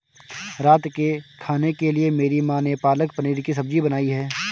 रात के खाने के लिए मेरी मां ने पालक पनीर की सब्जी बनाई है